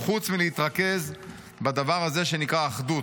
חוץ מלהתרכז בדבר הזה שנקרא אחדות?